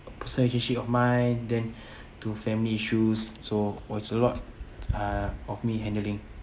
personal relationship of mine then to family issues so was a lot uh of me handling